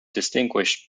distinguished